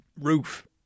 Roof